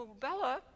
Bella